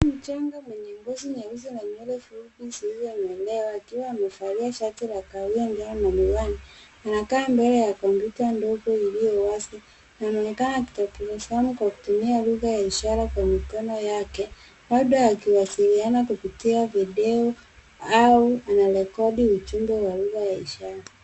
Mtu mchanga mwenye ngozi nyeusi na nywele fupi zilizonyolewa akiwa amevalia shati la kahawia njano na miwani. Anakaa mbele ya kompyuta ndogo iliyo wazi na anaonekana akitopolezana kwa kutumia lugha ya ishara kwa mikono yake labda akiwasiliana kupitia video au anarekodi ujumbe wa lugha ya ishara.